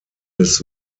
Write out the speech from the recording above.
des